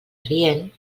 rient